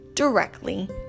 Directly